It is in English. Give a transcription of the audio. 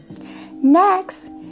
Next